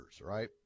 right